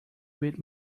bit